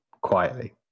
quietly